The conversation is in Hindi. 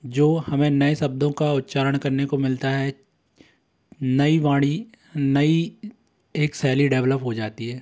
जो हमें नए शब्दों का उच्चारण करने को मिलता है नई वाणी नई एक शैली डेवलप हो जाती है